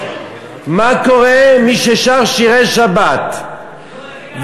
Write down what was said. מה קורה עם מי ששר שירי שבת והשכן,